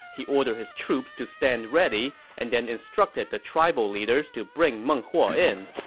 he ordered his troops to stand ready and then instructed the tribal leaders to bring meng huo in,